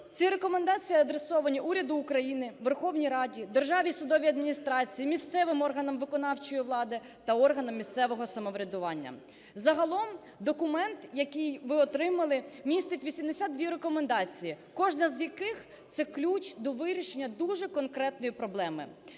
Ці рекомендації адресовані уряду України, Верховній Раді, Державній судовій адміністрації, місцевим органам виконавчої влади та органам місцевого самоврядування. Загалом документ, який ви отримали, містить 82 рекомендації, кожна з яких це ключ до вирішення дуже конкретної проблеми.